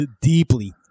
deeply